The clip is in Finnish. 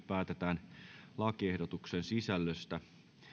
päätetään lakiehdotuksen sisällöstä